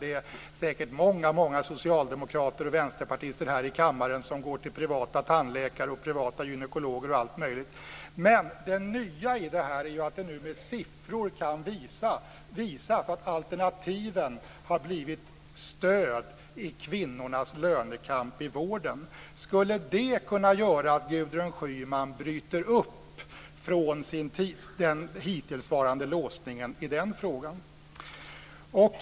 Det är säkert många socialdemokrater och vänsterpartister här i kammaren som går till privata tandläkare och gynekologer, men det nya i det här att vi nu med siffror kan visa att alternativen har blivit stöd i kvinnornas lönekamp i vården. Skulle det kunna göra att Gudrun Schyman bryter upp från den hittillsvarande låsningen i den frågan?